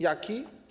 Jaki?